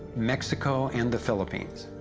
mexico and the philippines.